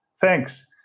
thanks